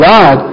God